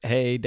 Hey